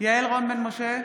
יעל רון בן משה,